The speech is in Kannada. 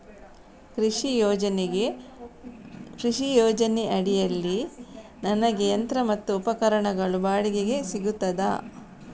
ಕೃಷಿ ಯೋಜನೆ ಅಡಿಯಲ್ಲಿ ನನಗೆ ಯಂತ್ರ ಮತ್ತು ಉಪಕರಣಗಳು ಬಾಡಿಗೆಗೆ ಸಿಗುತ್ತದಾ?